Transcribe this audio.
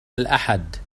الأحد